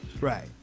right